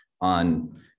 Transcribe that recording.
on